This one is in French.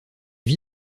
vit